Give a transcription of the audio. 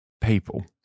people